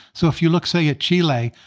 so if you look, say, at chile,